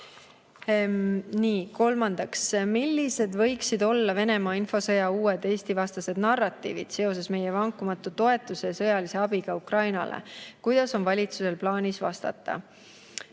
Kolmandaks: "Millised võiksid olla Venemaa infosõja uued Eesti-vastased narratiivid seoses meie vankumatu toetuse ja sõjalise abiga Ukrainale? Kuidas on valitsusel plaanis neile vastata?"